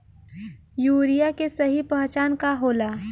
Urea के सही पहचान का होला?